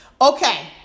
Okay